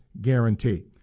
guarantee